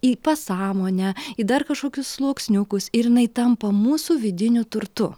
į pasąmonę į dar kažkokius sluoksniukus ir jinai tampa mūsų vidiniu turtu